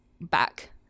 back